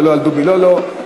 ולא על "דובי לאלא".